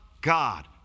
God